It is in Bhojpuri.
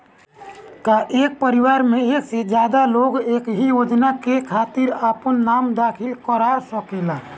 का एक परिवार में एक से ज्यादा लोग एक ही योजना के खातिर आपन नाम दाखिल करा सकेला?